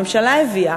הממשלה הביאה,